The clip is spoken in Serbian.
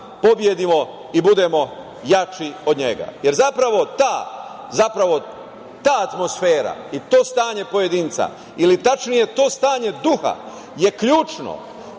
i budemo jači od njega, jer zapravo, ta atmosfera i to stanje pojedinca, ili tačnije to stanje duha je ključno